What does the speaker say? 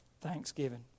Thanksgiving